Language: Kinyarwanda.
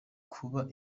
kuba